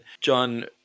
John